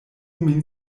min